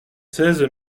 seize